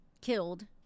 killed